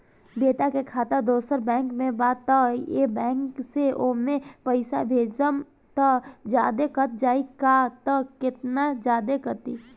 बेटा के खाता दोसर बैंक में बा त ए बैंक से ओमे पैसा भेजम त जादे कट जायी का त केतना जादे कटी?